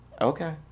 Okay